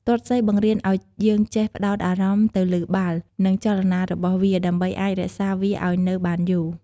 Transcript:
ទាត់សីបង្រៀនឱ្យយើងចេះ ផ្តោតអារម្មណ៍ទៅលើបាល់ និងចលនារបស់វា ដើម្បីអាចរក្សាវាឱ្យនៅបានយូរ។